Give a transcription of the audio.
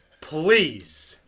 Please